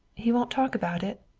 he won't talk about it?